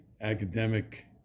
academic